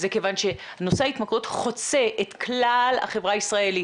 זה כיון שנושא ההתמכרויות חוצה את כלל החברה הישראלית.